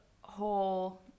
whole